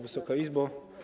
Wysoka Izbo!